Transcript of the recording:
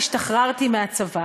השתחררתי מהצבא,